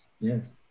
Yes